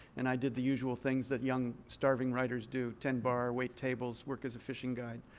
and i did the usual things that young starving writers do, tend bar, wait tables, work as a fishing guide,